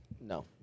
No